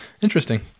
interesting